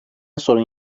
sorun